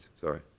sorry